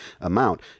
amount